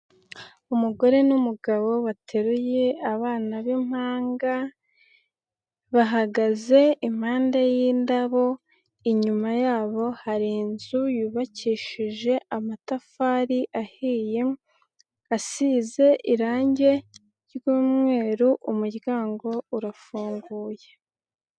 Umugore n'umugabo bateruye abana b'impanga, bahagaze impande y'indabo, inyuma yabo hari inzu yubakishije amatafari ahiye, asize irangi ry'umweru, umuryango urafunguye.